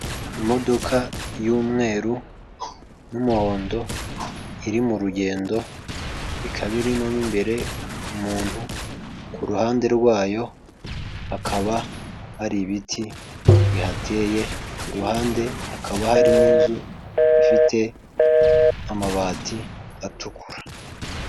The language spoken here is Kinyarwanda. Imodoka y'umweru n'umuhondo iri mu rugendo ikaba irimo imbere umuntu ku ruhande rwayo hakaba hari ibiti bihateye, iruhande hakaba hari n'inzu ifite amabati atukura.